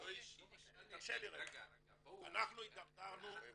אנחנו הידרדרנו